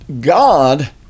God